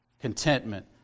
contentment